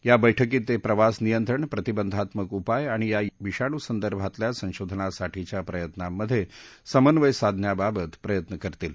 या बैठकीत ते प्रवास नियंत्रण प्रतिबंधात्मक उपाय आणि या विषाणूसंदर्भातल्या संशोधनासाठीच्या प्रयत्नांमधे समन्वय साधण्याबाबत प्रयत्न करतील